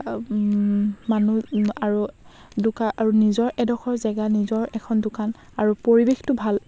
মানুহ আৰু দোকা আৰু নিজৰ এডখৰ জেগা নিজৰ এখন দোকান আৰু পৰিৱেশটো ভাল